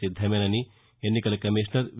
సిద్దమేనని ఎన్నికల కమిషనర్ వి